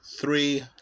three